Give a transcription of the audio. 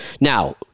Now